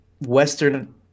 Western